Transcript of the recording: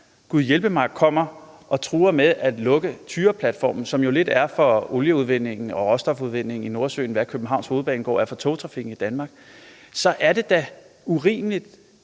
gudhjælpemig truer med at lukke Tyraplatformen, som jo er lidt for olieudvindingen og råstofudvindingen i Nordsøen, hvad Københavns Hovedbanegård er for togtrafikken i Danmark – så er det da urimeligt,